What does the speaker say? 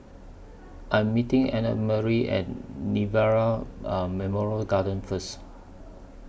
I Am meeting Annamarie At Nirvana Memorial Garden First